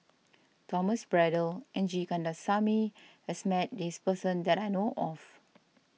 Thomas Braddell and G Kandasamy has met this person that I know of